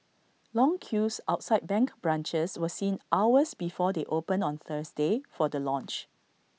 long queues outside bank branches were seen hours before they opened on Thursday for the launch